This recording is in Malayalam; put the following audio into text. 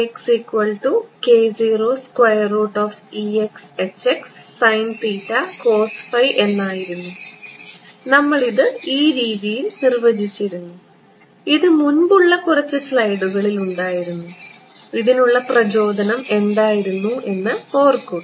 അതിനാൽ എന്തായിരുന്നു നമ്മൾ ഇത് ഈ രീതിയിൽ നിർവചിച്ചിരുന്നു ഇതു മുൻപുള്ള കുറച്ച് സ്ലൈഡുകളിൽ ഉണ്ടായിരുന്നു ഇതിനുള്ള പ്രചോദനം എന്തായിരുന്നു എന്ന് ഓർക്കുക